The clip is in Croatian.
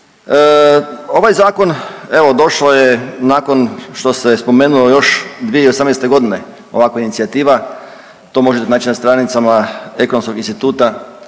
Ovaj Zakon, evo došao je nakon što se spomenuo još 2018. g. ovakva inicijativa, to možete naći na stranicama Ekonomskog instituta,